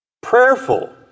prayerful